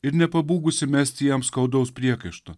ir nepabūgusi mesti jam skaudaus priekaišto